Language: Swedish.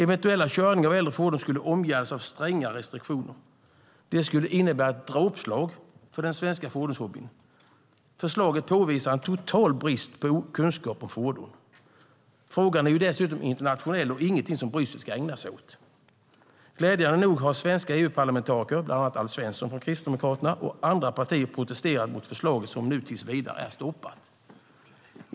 Eventuell körning av äldre fordon skulle omgärdas av stränga restriktioner, vilket skulle innebära ett dråpslag för den svenska fordonshobbyn. Förslaget påvisar en total brist på kunskap om fordon. Frågan är dessutom internationell och ingenting Bryssel ska ägna sig åt. Glädjande nog har svenska EU-parlamentariker, bland annat Alf Svensson från Kristdemokraterna, och andra partier protesterat mot förslaget som nu tills vidare är stoppat.